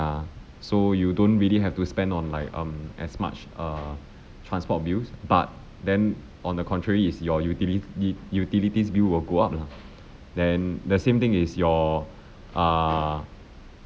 ya so you don't really have to spend on like um as much err transport bills but then on the contrary it's your utili~ need utilities bill will go up lah then the same thing is your err